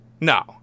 No